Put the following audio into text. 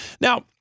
Now